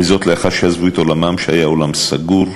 וזאת לאחר שעזבו את עולמם שהיה עולם סגור.